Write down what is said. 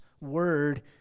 word